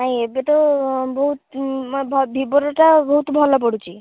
ନାହିଁ ଏବେ ତ ବହୁତ ଭିବୋର ତ ବହୁତ ଭଲ ପଡ଼ୁଛି